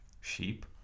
sheep